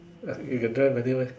ya you can drive manual meh